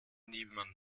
niemand